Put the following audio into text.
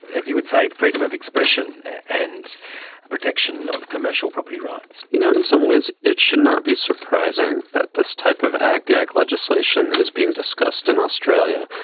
as you would say, freedom of expression and protection of commercial property rights? you know, in some ways it should not be surprising that this type of ag-gag legislation is being discussed in australia.